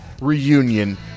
reunion